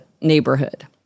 neighborhood